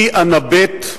אני אנבט,